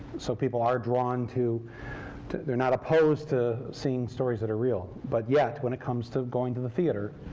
so people are drawn to to they're not opposed to seeing stories that are real. but yet, when it comes to going to the theater,